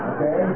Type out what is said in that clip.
Okay